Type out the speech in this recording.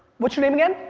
what's your name again?